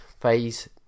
phase